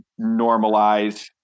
normalize